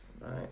right